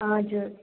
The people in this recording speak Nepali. हजुर